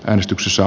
äänestyksessä